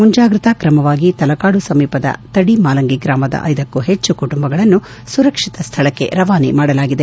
ಮುಂಜಾಗ್ರತಾ ಕ್ರಮವಾಗಿ ತಲಕಾಡು ಸಮೀಪದ ತಡಿ ಮಾಲಂಗಿ ಗ್ರಾಮದ ಐದಕ್ಕೂ ಹೆಚ್ಚು ಕುಂಟುಂಬಗಳನ್ನು ಸುರಕ್ಷಿತ ಸ್ಥಳಕ್ಕೆ ರವಾನೆ ಮಾಡಲಾಗಿದೆ